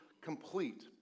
complete